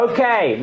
Okay